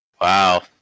Wow